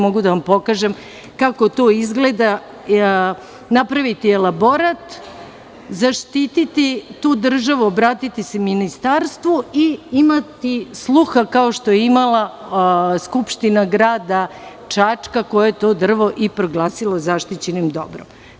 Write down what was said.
Mogu da vam pokažem kako to izgleda napraviti elaborat, zaštititi tu državu, obratiti se ministarstvu i imati sluha, kao što je imala Skupština grada Čačka koja je to drvo i proglasila zaštićenim dobrom.